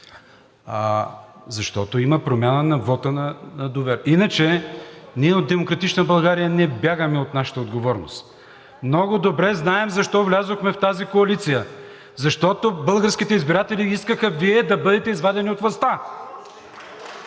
защото има промяна на вота на доверие. Иначе ние от „Демократична България“ не бягаме от нашата отговорност. Много добре знаем защо влязохме в тази коалиция – защото българските избиратели искаха Вие да бъдете извадени от властта.